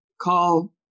call